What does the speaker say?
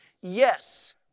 Yes